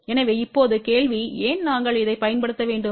எனவே இப்போது கேள்வி ஏன் நாங்கள் அதைப் பயன்படுத்த வேண்டாம்